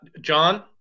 john